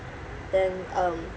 then um